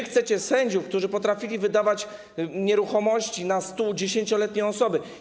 Chcecie mieć sędziów, którzy potrafili wydawać nieruchomości na 110-letnie osoby.